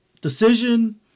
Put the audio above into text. Decision